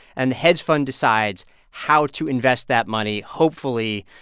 and the hedge fund decides how to invest that money hopefully,